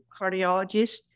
cardiologist